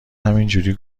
همینجوری